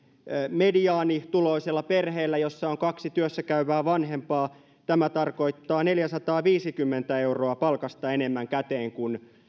mediaanituloisella perheellä jossa on kaksi työssäkäyvää vanhempaa tämä tarkoittaa neljäsataaviisikymmentä euroa palkasta enemmän käteen